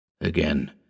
Again—